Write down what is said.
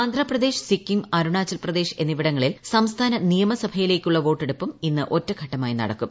ആന്ധ്രാപ്രദേശ് സിക്കിം അരുണാചൽപ്രദേശ് എന്നിവിടങ്ങളിൽ സംസ്ഥാന നിയമസഭയിലേയ്ക്കുള്ള വോട്ടെടുപ്പും ഇന്ന് ഒറ്റഘട്ടമായി നടക്കും